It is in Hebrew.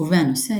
קובע נושא,